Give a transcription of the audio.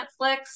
Netflix